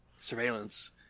surveillance